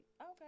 Okay